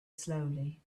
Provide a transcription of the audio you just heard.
slowly